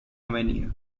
avenue